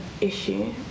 issue